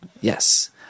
Yes